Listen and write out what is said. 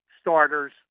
starters